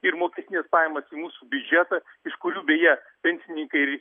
ir mokestines pajamas į mūsų biudžetą iš kurių beje pensininkai ir